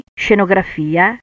scenografia